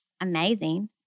amazing